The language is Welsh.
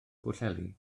pwllheli